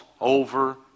over